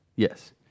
Yes